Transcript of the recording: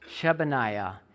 Shebaniah